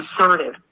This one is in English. assertive